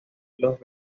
los